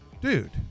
dude